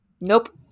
Nope